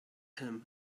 him